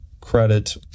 credit